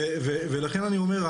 ולכן אני אומר,